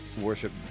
worship